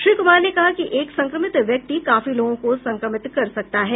श्री कुमार ने कहा कि एक संक्रमित व्यक्ति काफी लोगों को संक्रमित कर सकता है